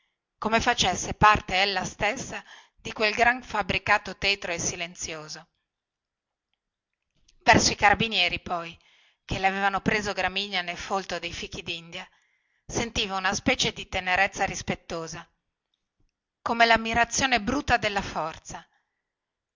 come facesse parte ella stessa di quel gran fabbricato tetro e silenzioso e pei carabinieri poi che le avevano preso gramigna nel folto dei fichidindia e gli avevano rotto la gamba a fucilate sentiva una specie di tenerezza rispettosa come lammirazione bruta della forza